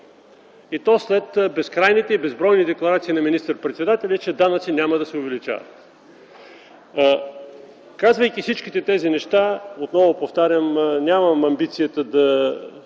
и то след безкрайните и безбройните декларации на министър-председателя, че данъците няма да се увеличават! Казвайки всички тези неща, отново повтарям, нямам амбицията да